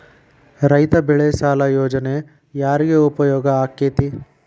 ರೈತ ಬೆಳೆ ಸಾಲ ಯೋಜನೆ ಯಾರಿಗೆ ಉಪಯೋಗ ಆಕ್ಕೆತಿ?